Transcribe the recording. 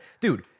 dude